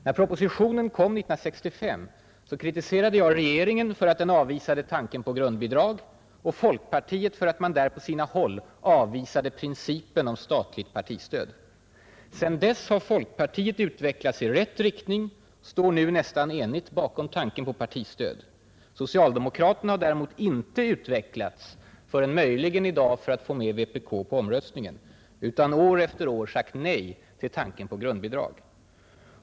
När propositionen kom 1965 kritiserade jag regeringen för att den avvisade tanken på grundbidrag och folkpartiet för att man där på sina håll avvisade principen om statligt partistöd. Sedan dess har folkpartiet utvecklats i rätt riktning. Det står nu nästan enigt bakom tanken på partistöd. Socialdemokraterna har däremot inte utvecklats — förrän möjligen i dag för att få med vpk på voteringen — utan år efter år sagt nej till tanken på grundbidrag.